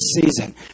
season